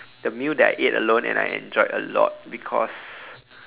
the meal that I ate alone and I enjoyed a lot because